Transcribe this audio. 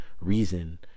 reason